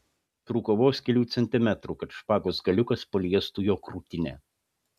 trūko vos kelių centimetrų kad špagos galiukas paliestų jo krūtinę